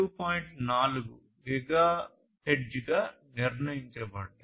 4 గిగాహెర్ట్జ్గా నిర్ణయించబడ్డాయి